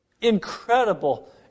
incredible